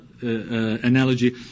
analogy